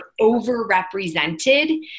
overrepresented